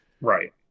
Right